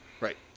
Right